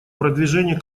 продвижение